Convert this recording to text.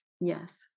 Yes